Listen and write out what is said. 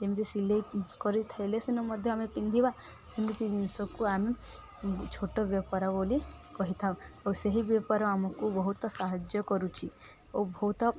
ଯେମିତି ସିଲେଇ କରିସାରିଲେ ସେନ ମଧ୍ୟ ଆମେ ପିନ୍ଧିବା ସେମିତି ଜିନିଷକୁ ଆମେ ଛୋଟ ବେପାର ବୋଲି କହିଥାଉ ଓ ସେହି ବେପାର ଆମକୁ ବହୁତ ସାହାଯ୍ୟ କରୁଛି ଓ ବହୁତ